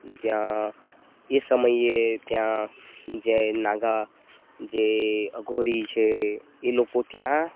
ત્યાં એ સમયે ત્યાં જે નાગા જે અઘોરી છે એ લોકો ત્યાં